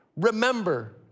remember